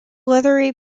leathery